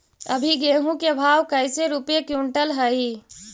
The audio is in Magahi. अभी गेहूं के भाव कैसे रूपये क्विंटल हई?